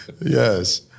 yes